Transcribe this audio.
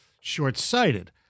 short-sighted